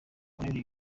col